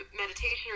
meditation